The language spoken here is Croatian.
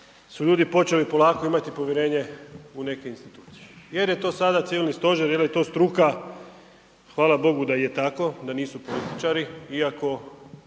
su ljudi počeli polako imati povjerenje u neke institucije. Jel je to sada Civilni stožer jel je to struka, hvala Bogu da je tako da nisu političari iako